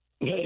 Hey